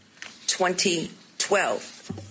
2012